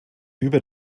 über